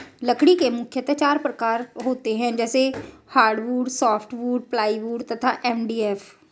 लकड़ी के मुख्यतः चार प्रकार होते हैं जैसे हार्डवुड, सॉफ्टवुड, प्लाईवुड तथा एम.डी.एफ